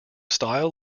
style